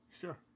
Sure